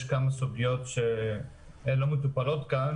יש כמה סוגיות שאינן מטופלות כאן.